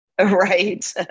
right